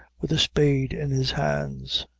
with a spade in his hands.